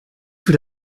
für